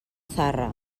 zarra